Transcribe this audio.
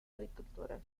agricultura